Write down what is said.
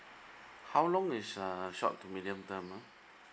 how long is uh short to medium ah